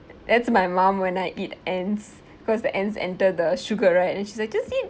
that's my mom when I eat ants because the ants enter the sugar right then she say just eat